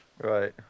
Right